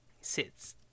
sits